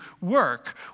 work